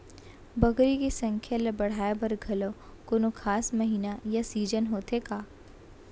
बकरी के संख्या ला बढ़ाए बर घलव कोनो खास महीना या सीजन होथे का?